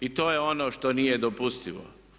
I to je ono što nije dopustivo.